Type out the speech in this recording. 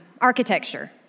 architecture